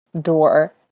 door